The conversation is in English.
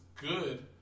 good